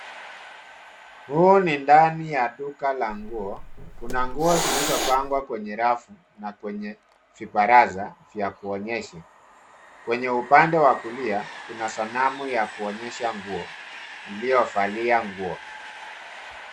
Huu ni ndani ya duka la nguo. Kuna nguo zilizopangwa kwenye rafu na kwenye vibaraza vya kuonyesha. Kwenye upande wa kulia, kuna sanamu ya kuonyesha nguo iliyovalia nguo.